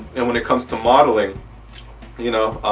and when it comes to modeling you know.